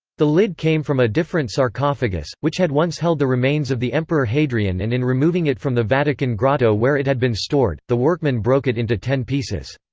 the lid came from a different sarcophagus, which had once held the remains of the emperor hadrian and in removing it from the vatican grotto where it had been stored, the workmen broke it into ten pieces.